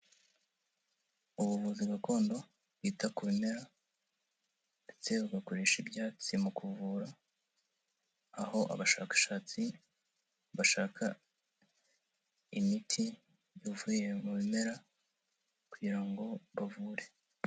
Ubuvuzi gakondo bwita ku bimera ndetse bugakoresha ibyatsi mu kuvura, aho abashakashatsi bashaka imiti ivuye mu bimera kugira ngo bavure.